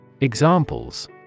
Examples